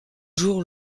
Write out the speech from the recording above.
jours